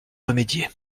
remédier